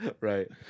right